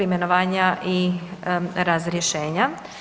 imenovanja i razrješenja.